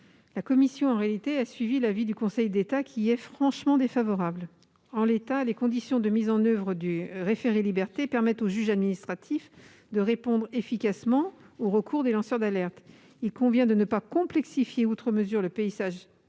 La commission a suivi l'avis du Conseil d'État, qui y est franchement défavorable. En l'état, les conditions de mise en oeuvre du référé-liberté permettent au juge administratif de répondre efficacement aux recours des lanceurs d'alerte. Il convient de ne pas complexifier outre mesure le paysage procédural